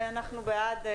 שיש